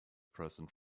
present